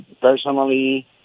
personally